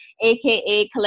AKA